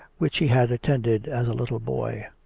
which he had attended as a little boy.